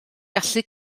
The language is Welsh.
gallu